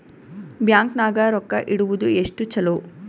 Bank ನಾಗ ರೊಕ್ಕ ಇಡುವುದು ಎಷ್ಟು ಚಲೋ?